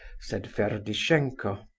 said ferdishenko.